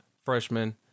freshman